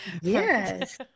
Yes